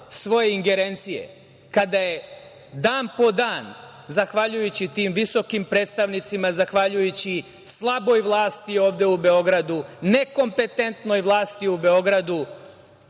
svoje ingerencije, kada je dan po dan, zavaljujući tim visokom predstavnicima, zahvaljujući slaboj vlasti ovde u Beogradu, nekompetentnoj vlasti u Beogradu,